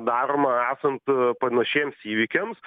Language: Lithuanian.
daroma esant panašiems įvykiams